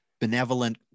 benevolent